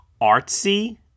artsy